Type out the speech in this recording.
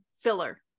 filler